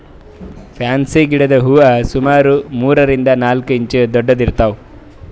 fancy ಗಿಡದ್ ಹೂವಾ ಸುಮಾರ್ ಮೂರರಿಂದ್ ನಾಲ್ಕ್ ಇಂಚ್ ದೊಡ್ಡದ್ ಇರ್ತವ್